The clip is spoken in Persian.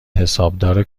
حسابدار